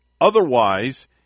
Otherwise